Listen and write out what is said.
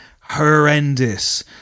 horrendous